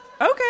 Okay